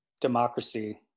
democracy